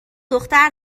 دختر